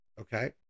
okay